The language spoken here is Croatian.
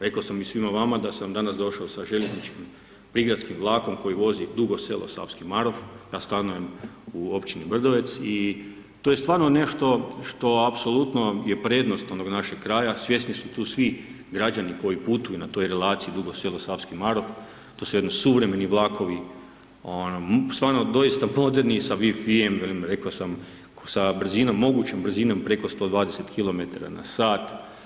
rekao sam i svima vama da sam danas došao sa željezničkim prigradskim vlakom koji vozi Dugo Selo – Savski Marof, ja stanujem u općini Brdovec i to je stvarno nešto što apsolutno je prednost onog našeg kraja, svjesni su tu svi građani koji putuju na toj relaciji Dugo Selo – Savski Marof, to su jedni suvremeni vlakovi, stvarno doista moderni sa wi-fi, velim rekao sam sa brzinom, mogućom brzinom preko 120km na sat.